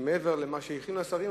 מעבר למה שהכינו השרים,